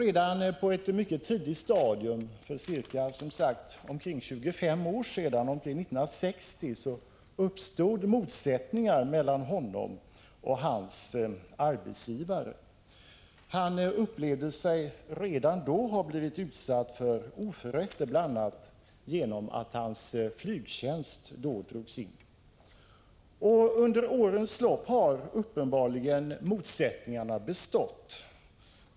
Redan på ett mycket tidigt stadium, som sagt för omkring 25 år sedan, omkring 1960, uppstod motsättningar mellan honom och hans arbetsgivare. Han upplevde sig redan då ha blivit utsatt för oförrätter, bl.a. genom att hans flygtjänst då drogs in. Under årens lopp har uppenbarligen motsättningarna bestått.